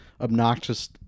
obnoxious